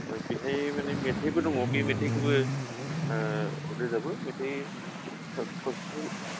ओमफ्राय बेहाय माने मेथाइबो दङ बे मेथाइखौबो रोजाबो मेथाइ खावसेखौ